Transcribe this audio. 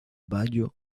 bayo